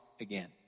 again